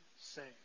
saved